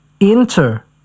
enter